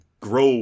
grow